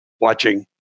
Watching